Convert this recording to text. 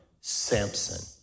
Samson